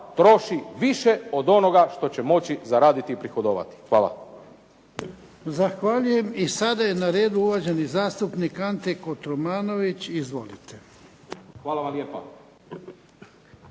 troši više od onoga što će moći zaraditi i prihodovati. Hvala. **Jarnjak, Ivan (HDZ)** Zahvaljujem. I sada je na redu uvaženi zastupnik Ante Kotromanović. Izvolite. **Kotromanović,